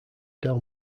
del